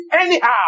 anyhow